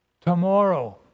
tomorrow